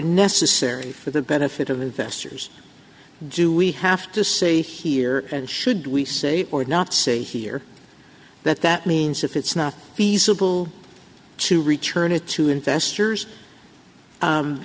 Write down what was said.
necessary for the benefit of the investors do we have to say here and should we say or not say here that that means if it's not feasible to return it to investors